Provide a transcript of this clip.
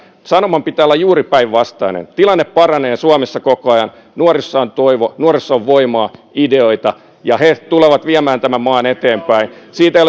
sanoman pitää olla juuri päinvastainen tilanne paranee suomessa koko ajan nuorissa on toivo nuorissa on voimaa ideoita ja he tulevat viemään tämän maan eteenpäin siitä ei